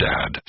Dad